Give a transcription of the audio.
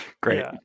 Great